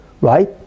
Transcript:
right